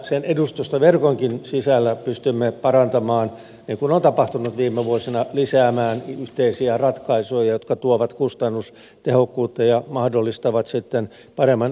sen edustustoverkon sisälläkin pystymme niin kuin on tapahtunut viime vuosina lisäämään yhteisiä ratkaisuja jotka tuovat kustannustehokkuutta ja mahdollistavat sitten paremman edustautumisen